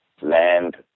land